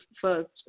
first